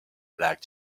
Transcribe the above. black